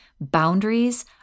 boundaries